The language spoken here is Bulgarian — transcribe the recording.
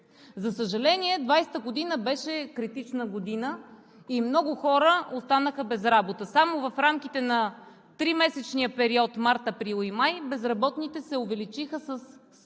За съжаление, 2020 г. беше критична година и много хора останаха без работа. Само в рамките на тримесечния период – март, април и май, безработните се увеличиха с още